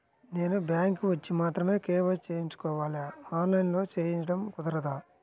నేను బ్యాంక్ వచ్చి మాత్రమే కే.వై.సి చేయించుకోవాలా? ఆన్లైన్లో చేయటం కుదరదా?